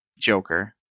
Joker